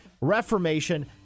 Reformation